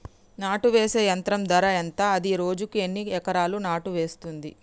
నాటు వేసే యంత్రం ధర ఎంత? అది రోజుకు ఎన్ని ఎకరాలు నాటు వేస్తుంది?